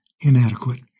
inadequate